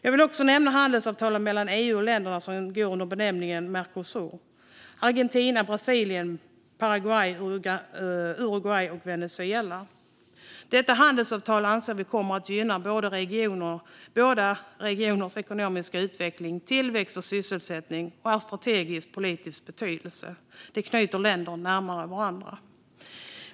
Jag vill också nämna handelsavtalet mellan EU och de länder som går under benämningen Mercosur: Argentina, Brasilien, Paraguay, Uruguay och Venezuela. Vi anser att detta handelsavtal kommer att gynna båda regioners ekonomiska utveckling, tillväxt och sysselsättning och att det har strategisk politisk betydelse. Det knyter länder närmare varandra.